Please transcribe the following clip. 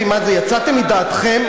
מה זה, יצאתם מדעתכם?